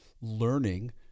learning